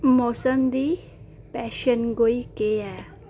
मौसम दी पेशनगोई केह् ऐ